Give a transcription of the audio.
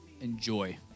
enjoy